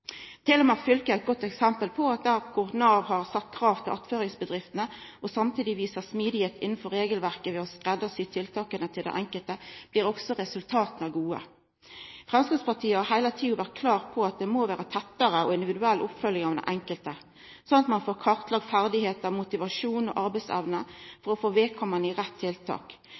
fylke er eit godt eksempel på at der Nav har sett krav til attføringsbedriftene, og samtidig viser smidigheit innanfor regelverket ved å skreddarsy tiltaka til den enkelte, blir òg resultata gode. Framstegspartiet har heile tida vore klar på at det må vera tettare og individuell oppfølging av den enkelte, slik at ein får kartlagd ferdigheiter, motivasjon og arbeidsevne for å få vedkommande i rett tiltak.